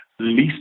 least